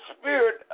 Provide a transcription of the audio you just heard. spirit